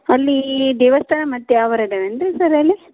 ಅಲ್ಲಿ ದೇವಸ್ಥಾನ ಮತ್ತೆ ಯಾವರು ಇದಾವೆ ಏನು ರೀ ಸರ್ ಅಲ್ಲಿ